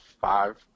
five